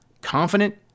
confident